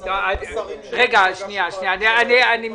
רגע, אני מתנצל.